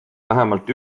vähemalt